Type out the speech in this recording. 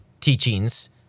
teachings